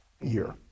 year